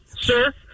sir